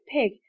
pig